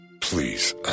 Please